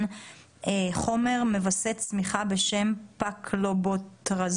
חומר מווסת צמיחה בשם פקלובוטרזול,